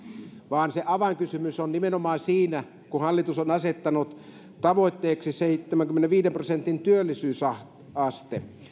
vaan avainkysymys on nimenomaan siinä että hallitus on asettanut tavoitteeksi seitsemänkymmenenviiden prosentin työllisyysasteen